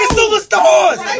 superstars